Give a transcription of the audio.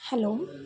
hello